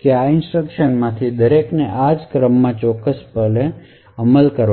કે આ ઇન્સટ્રકશન માંથી દરેક આ ક્રમમાં ચોક્કસપણે અમલ કરે